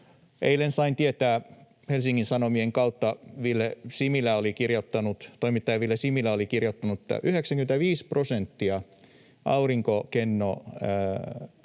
Eilen sain tietää Helsingin Sanomien kautta — toimittaja Ville Similä oli kirjoittanut — että 95 prosenttia aurinkokennopaneeleista